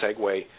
segue